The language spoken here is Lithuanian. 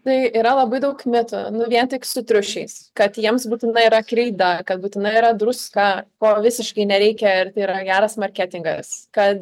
tai yra labai daug mitų nu vien tik su triušiais kad jiems būtinai yra kreida kad būtinai yra druska ko visiškai nereikia ir tai yra geras marketingas kad